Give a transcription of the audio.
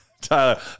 Tyler